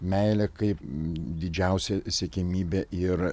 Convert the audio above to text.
meilė kaip didžiausia siekiamybė ir